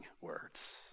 words